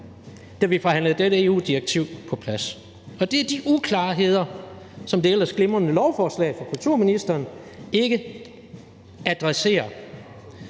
da vi forhandlede dette EU-direktiv på plads, og det er de uklarheder, som det ellers glimrende lovforslag fra kulturministerens side ikke adresserer.